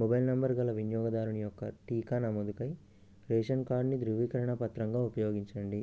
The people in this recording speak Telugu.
మొబైల్ నంబరు గల వినియోగదారుని యొక్క టీకా నమోదుకై రేషన్ కార్డ్ను ధృవీకరణ పత్రంగా ఉపయోగించండి